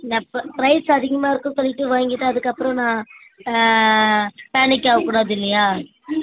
நான் இப்போ ப்ரைஸ் அதிகமாக இருக்குதுன்னு சொல்லிட்டு வாங்கிட்டு அதுக்கப்புறம் நான் பேனிக் ஆகக்கூடாது இல்லையா